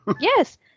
Yes